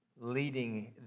leading